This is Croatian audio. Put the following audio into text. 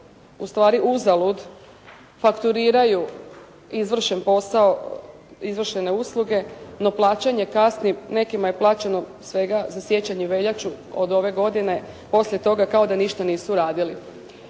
ustvari uzalud fakturiraju izvršen posao, izvršene usluge, no plaćanje kasni, nekima je plaćeno svega za siječanj i veljaču od ove godine, poslije toga kao da ništa nisu radili.